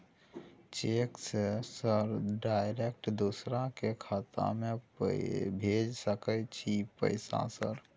Cheque से sir direct दूसरा के खाता में भेज सके छै पैसा सर?